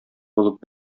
булып